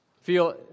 feel